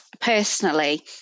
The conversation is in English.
personally